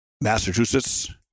Massachusetts